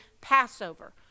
Passover